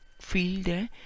field